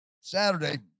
Saturday